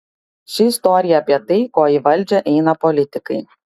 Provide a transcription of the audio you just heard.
ši istorija apie tai ko į valdžią eina politikai